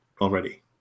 already